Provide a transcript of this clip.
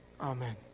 Amen